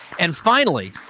and, finally.